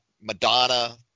madonna